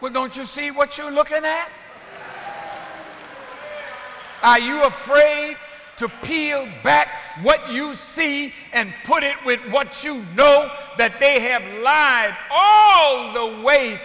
why don't you see what you look at that are you afraid to peel back what you see and put it with what you know that they have lived oh no way